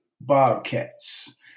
Bobcats